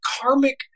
Karmic